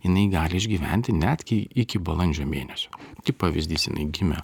jinai gali išgyventi netgi iki balandžio mėnesio kaip pavyzdys jinai gimė